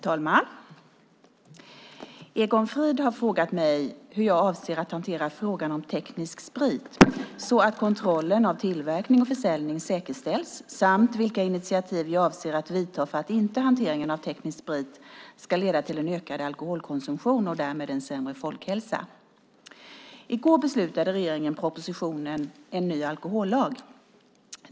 Herr talman! Egon Frid har frågat mig hur jag avser att hantera frågan om teknisk sprit så att kontrollen av tillverkning och försäljning säkerställs samt vilka initiativ jag avser att ta för att inte hanteringen av teknisk sprit ska leda till en ökad alkoholkonsumtion och därmed en sämre folkhälsa. I går beslutade regeringen propositionen En ny alkohollag .